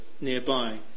nearby